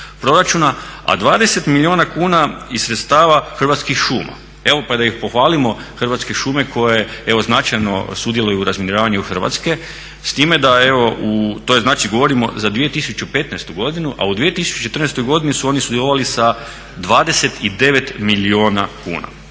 a 20 milijuna kuna iz sredstava Hrvatskih šuma. Evo pa da pohvalimo Hrvatske šume koje evo značajno sudjeluju u razminiravanju Hrvatske, s time da evo, to je znači govorimo za 2015. godinu. A u 2014. su oni sudjelovali sa 29 milijuna kuna.